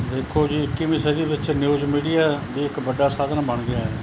ਦੇਖੋ ਜੀ ਇੱਕੀਵੀਂ ਸਦੀ ਵਿੱਚ ਨਿਊਜ਼ ਮੀਡੀਆ ਦਾ ਇੱਕ ਵੱਡਾ ਸਾਧਨ ਬਣ ਗਿਆ